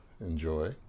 enjoy